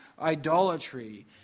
idolatry